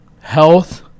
Health